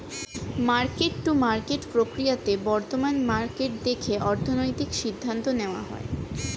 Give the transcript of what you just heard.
market to market প্রক্রিয়াতে বর্তমান market দেখে অর্থনৈতিক সিদ্ধান্ত নেওয়া হয়